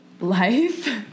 life